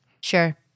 Sure